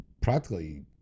practically